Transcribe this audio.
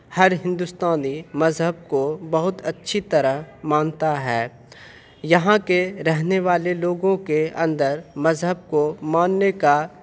ہر ہندوستانی مذہب کو بہت اچھی طرح مانتا ہے یہاں کے رہنے والے لوگوں کے اندر مذہب کو ماننے کا